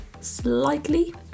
slightly